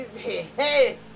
hey